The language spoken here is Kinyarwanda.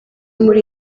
muri